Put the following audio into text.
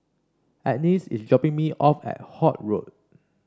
Agness is dropping me off at Holt Road